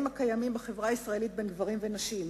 הקיימים בחברה הישראלית בין נשים לגברים.